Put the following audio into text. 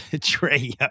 Trey